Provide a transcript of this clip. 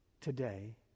today